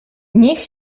niech